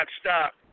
stop